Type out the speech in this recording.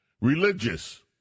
Religious